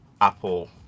Apple